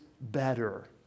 better